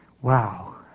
Wow